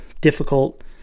difficult